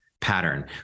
pattern